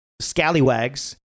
scallywags